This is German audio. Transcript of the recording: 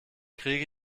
kriege